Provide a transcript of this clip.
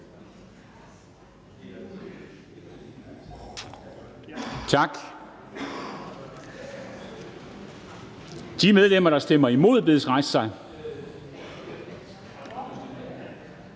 Tak. De medlemmer, der stemmer imod, bedes rejse sig.